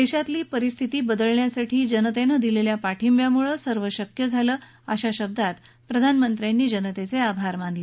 देशातली परिस्थिती बदलण्यासाठी जनतेनं दिलेल्या पाठिंब्यामुळे सर्व शक्य झालं अशा शब्दांत प्रधानमंत्र्यांनी जनतेचे आभार मानले